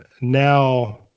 now